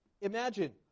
Imagine